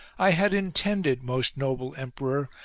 i had intended, most noble emperor,